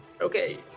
Okay